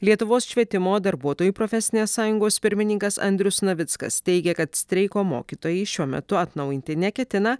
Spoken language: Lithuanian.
lietuvos švietimo darbuotojų profesinės sąjungos pirmininkas andrius navickas teigia kad streiko mokytojai šiuo metu atnaujinti neketina